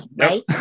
Right